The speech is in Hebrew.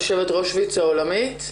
יושבת ראש ויצ"ו העולמי.